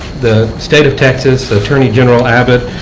the state of texas attorney general abbott,